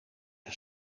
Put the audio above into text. een